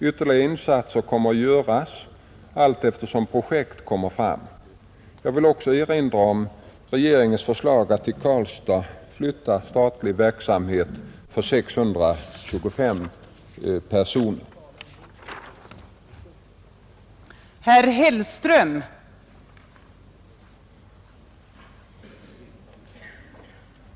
Ytterligare insatser kommer att göras allteftersom projekt kommer fram. Jag vill också erinra om regeringens förslag att till Karlstad flytta statliga verksamheter med 625 personer anställda.